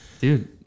Dude